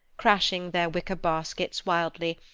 crashing their wicker baskets wildly,